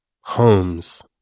homes